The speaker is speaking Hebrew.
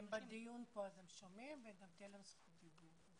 הם בדיון כאן והם שומעים וגם תהיה להם זכות דיבור.